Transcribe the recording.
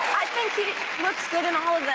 i think he looks good in all